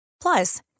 Plus